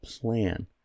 plan